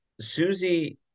Susie